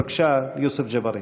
בבקשה, יוסף ג'בארין.